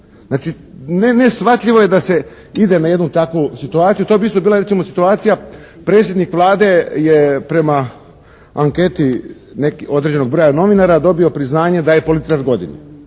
Znači neshvatljivo je da se ide na jednu takvu situaciju. To bi isto bila recimo situacija predsjednik Vlade je prema anketi određenog broja novinara dobio priznanje da je političar godine